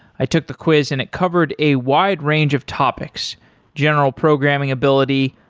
i took the quiz and it covered a wide range of topics general programming ability,